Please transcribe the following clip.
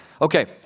Okay